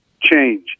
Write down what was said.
change